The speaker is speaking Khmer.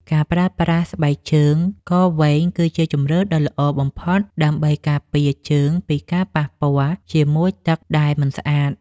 ការប្រើប្រាស់ស្បែកជើងកវែងគឺជាជម្រើសដ៏ល្អបំផុតដើម្បីការពារជើងពីការប៉ះពាល់ជាមួយទឹកដែលមិនស្អាត។